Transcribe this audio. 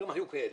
היו גם כאלה.